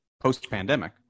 post-pandemic